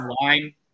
line